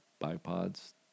bipods